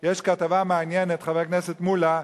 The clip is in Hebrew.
כתבה מעניינת, חבר הכנסת מולה.